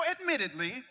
admittedly